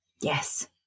Yes